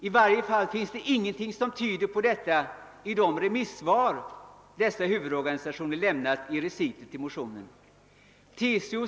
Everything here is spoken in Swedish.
I varje fall tyder ingenting på detta i de remissyttranden över motionerna som dessa huvudorganisationer lämnat enligt reciten till utskottets utlåtande.